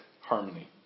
harmony